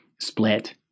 split